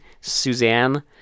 Suzanne